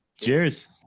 Cheers